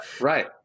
Right